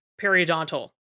periodontal